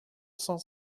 cent